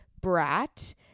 brat